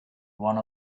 one